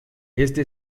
este